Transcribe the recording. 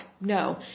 No